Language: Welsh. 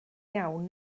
iawn